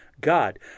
God